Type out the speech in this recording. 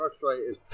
frustrated